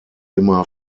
immer